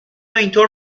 اینطور